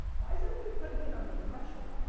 why is everybody predicated on the impression.